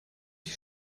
die